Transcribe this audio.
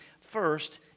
first